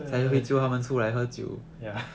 !hais! ya